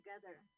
together